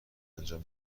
انجام